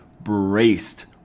braced